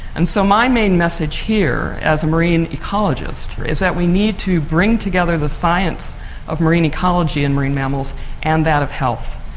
and so my main message here as a marine ecologist is that we need to bring together the science of marine ecology and marine mammals and that of health,